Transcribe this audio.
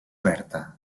oberta